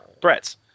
threats